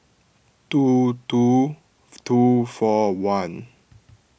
two two two four one